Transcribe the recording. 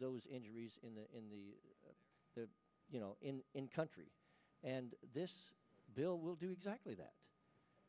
those injuries in the in the you know in in country and this bill will do exactly that